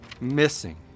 Missing